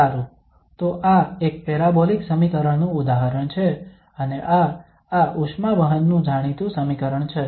સારું તો આ એક પેરાબોલિક સમીકરણનું ઉદાહરણ છે અને આ આ ઉષ્મા વહન નું જાણીતું સમીકરણ છે